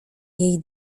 jej